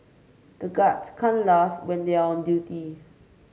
the guards can't laugh when they are on duty